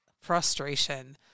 frustration